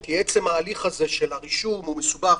כי עצם ההליך הזה של הרישום הוא מסובך,